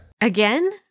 Again